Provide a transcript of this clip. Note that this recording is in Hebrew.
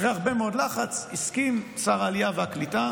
אחרי הרבה מאוד לחץ, הסכים שר העלייה והקליטה